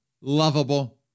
lovable